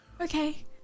Okay